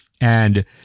and-